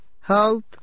health